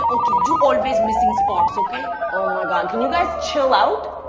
ah okay, you always missing spots, okay? oh my god, can you guys chill out?